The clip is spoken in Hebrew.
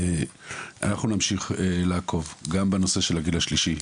אנחנו נמשיך לעקוב גם בנושא של הגיל השלישי,